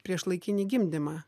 priešlaikinį gimdymą